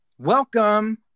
Welcome